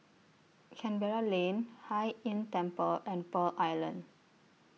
Canberra Lane Hai Inn Temple and Pearl Island